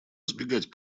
избегать